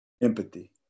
empathy